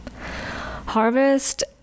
Harvest